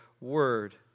word